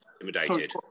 intimidated